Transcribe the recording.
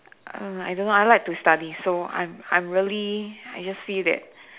err I don't know I like to study so I'm I'm really I just feel that